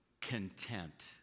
content